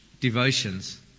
devotions